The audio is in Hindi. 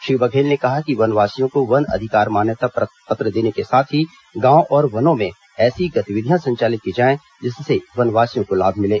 श्री बघेल ने कहा कि वनवासियों को वन अधिकार मान्यता पत्र देने के साथ ही गांव और वनों में ऐसी गतिविधियां संचालित की जाएं जिससे वनवासियों को लाभ मिले